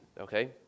okay